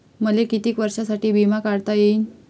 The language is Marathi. मले कितीक वर्षासाठी बिमा काढता येईन?